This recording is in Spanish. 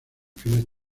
fines